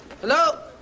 hello